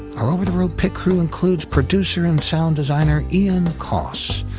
our over the road pit crew includes producer and sound designer ian coss,